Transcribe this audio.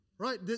Right